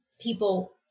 people